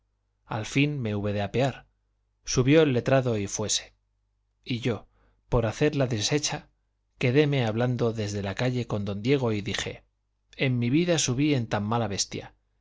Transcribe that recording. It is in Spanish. al fin me hube de apear subió el letrado y fuese y yo por hacer la deshecha quedéme hablando desde la calle con don diego y dije en mi vida subí en tan mala bestia